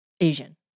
Asian